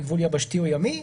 מגבול יבשתי או ימי,